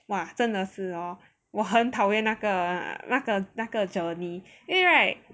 哇真的是哦我很讨厌那个那个那个 journey 因为 right